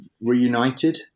Reunited